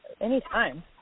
anytime